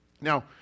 Now